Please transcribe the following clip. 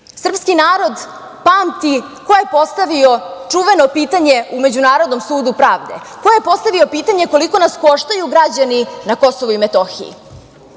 Srpski narod pamti ko je postavio čuveno pitanje u Međunarodnom sudu pravde, ko je postavio pitanje koliko nas koštaju građani na KiM. Nismo